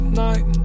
night